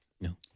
No